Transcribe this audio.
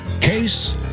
Case